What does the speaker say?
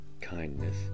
kindness